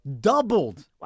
doubled